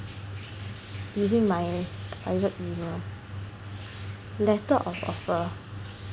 using my ISAAC email letter of offer